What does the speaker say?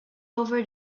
over